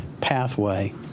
pathway